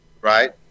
right